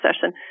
session